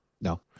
no